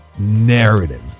narrative